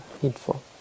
heedful